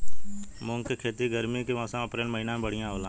मुंग के खेती गर्मी के मौसम अप्रैल महीना में बढ़ियां होला?